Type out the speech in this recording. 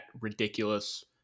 ridiculous